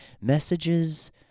messages